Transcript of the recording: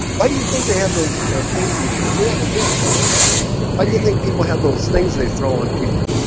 why do you think they have those things and we have them here too why do you think people have those things they throw on people?